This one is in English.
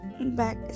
back